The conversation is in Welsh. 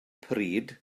pryd